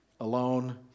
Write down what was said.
Alone